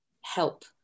help